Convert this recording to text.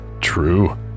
True